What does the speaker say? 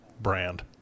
brand